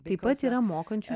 taip pat yra mokančių